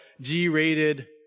G-rated